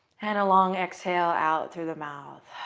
and a long exhale out through the mouth.